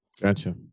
Gotcha